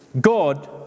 God